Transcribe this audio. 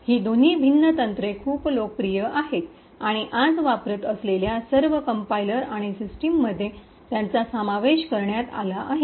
ही दोन्ही भिन्न तंत्रे खूप लोकप्रिय आहेत आणि आज वापरात असलेल्या सर्व कंपाइलर आणि सिस्टिममध्ये त्यांचा समावेश करण्यात आला आहे